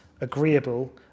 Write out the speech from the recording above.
agreeable